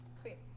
Sweet